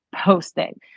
posting